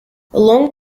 long